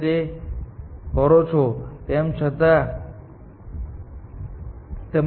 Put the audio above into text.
તેથી આ આનાથી ઓછું છે અને જો તમે hદૂર કરો છો તો તમને આ આનાથી ઓછું મળે છે